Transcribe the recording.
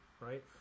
Right